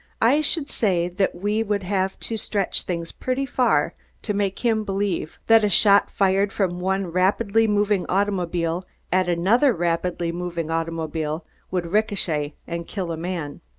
i should say that we would have to stretch things pretty far to make him believe that a shot fired from one rapidly moving automobile at another rapidly moving automobile would ricochet and kill a man.